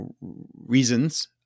reasons